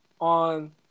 on